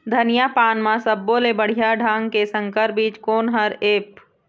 धनिया पान म सब्बो ले बढ़िया ढंग के संकर बीज कोन हर ऐप?